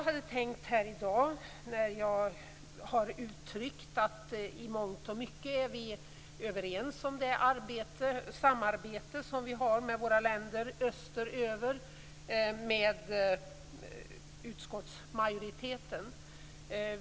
I mångt och mycket är vi överens med utskottsmajoriteten om det samarbete som vi har med länderna österöver.